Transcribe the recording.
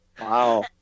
wow